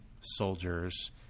soldiers